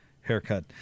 haircut